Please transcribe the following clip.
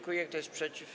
Kto jest przeciw?